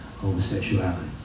homosexuality